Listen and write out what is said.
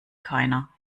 keiner